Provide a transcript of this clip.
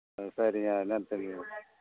ஆ சரிங்க